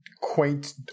quaint